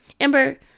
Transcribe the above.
Amber